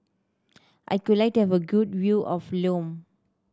I could like to have a good view of Lome